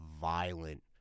Violent